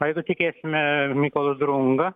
o jeigu tikėsime mykolu drunga